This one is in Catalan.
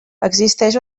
existeix